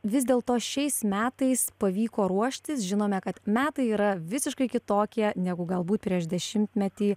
vis dėlto šiais metais pavyko ruoštis žinome kad metai yra visiškai kitokie negu galbūt prieš dešimtmetį